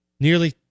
nearly